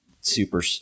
super